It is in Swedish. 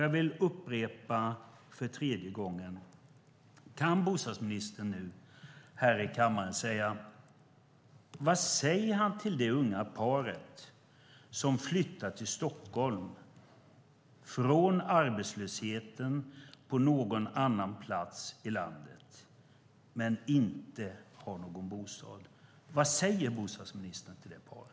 Jag vill upprepa för tredje gången: Kan bostadsministern här i kammaren tala om vad han säger till det unga par som har flyttat till Stockholm från arbetslösheten på någon annan plats i landet men inte har någon bostad? Vad säger bostadsministern till det paret?